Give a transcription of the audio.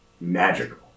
magical